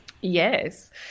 yes